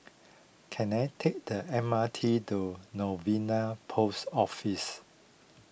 can I take the M R T to Novena Post Office